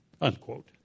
Unquote